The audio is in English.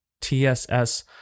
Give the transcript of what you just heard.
TSS